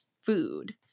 food